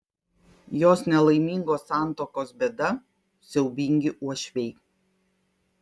jos nelaimingos santuokos bėda siaubingi uošviai